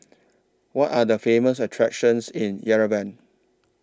What Are The Famous attractions in Yerevan